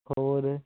ਹੋਰ